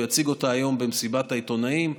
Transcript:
הוא יציג אותה היום במסיבת העיתונאים.